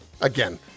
again